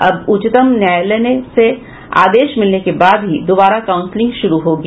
अब उच्चतम न्यायालय से आदेश मिलने के बाद ही दोबारा काउंसिलिंग शुरू होगी